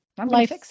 Life